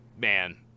Man